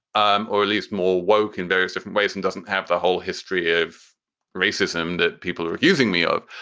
um or at least more woak in various different ways and doesn't have the whole history of racism that people are accusing me of.